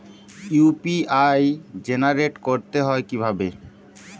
UPI generate করতে হয় কিভাবে?